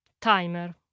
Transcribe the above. Timer